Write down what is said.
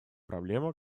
проблема